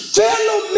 fellow